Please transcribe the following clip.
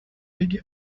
بگی